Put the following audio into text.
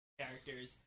characters